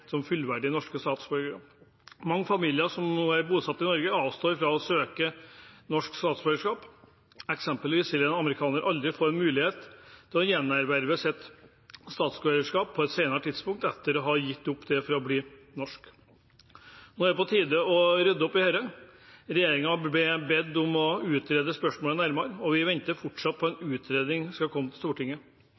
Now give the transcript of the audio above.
som fullverdige norske statsborgere. Mange familier som nå er bosatt i Norge, avstår fra å søke norsk statsborgerskap. Eksempelvis vil en amerikaner aldri få en mulighet til å gjenerverve sitt statsborgerskap på et senere tidspunkt etter å ha gitt det opp for å bli norsk. Nå er det på tide å rydde opp i dette. Regjeringen ble bedt om å utrede spørsmålet nærmere, og vi venter fortsatt på at en utredning skal komme til Stortinget.